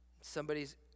somebody's